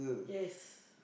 yes